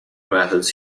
methods